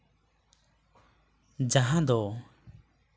ᱡᱟᱦᱟᱸ ᱫᱚ